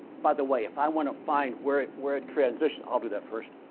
by the way, if i want to find where it where it transitions i'll do that first.